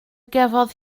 gafodd